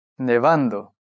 Nevando